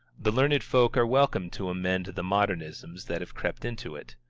the learned folk are welcome to amend the modernisms that have crept into it.